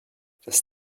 das